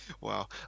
wow